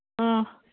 ꯑ